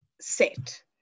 set